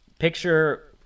picture